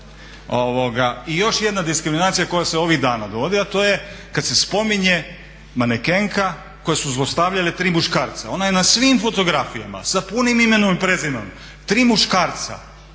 I još jedna diskriminacija koja se ovih dana … a to je kada se spominje manekenka koju su zlostavljali tri muškarca. Ona je na svim fotografijama sa punim imenom i prezimenom, tri muškarca